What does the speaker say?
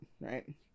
right